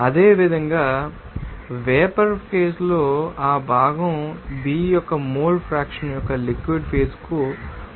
అదేవిధంగా vapour phase లో ఆ భాగం B యొక్క మోల్ ఫ్రాక్షన్ యొక్క లిక్విడ్ ఫేజ్ కు మోల్ రేషియో ఎలా ఉండాలి